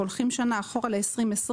הולכים שנה אחורה לשנת 2020